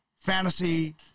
fantasy